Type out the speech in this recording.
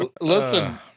Listen